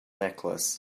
necklace